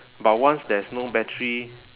but once there's no battery